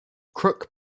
crook